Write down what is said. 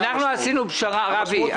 זה משמעות חשובה יותר.